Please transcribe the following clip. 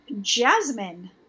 Jasmine